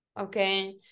okay